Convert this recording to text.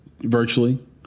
virtually